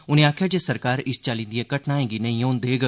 उनें आखेआ जे सरकार इस चाल्ली दिएं घटनाएं गी नेई होन देग